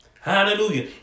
Hallelujah